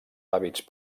hàbits